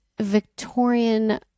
Victorian